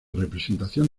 representación